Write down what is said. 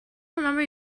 remember